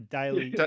daily